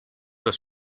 das